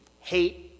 hate